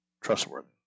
trustworthy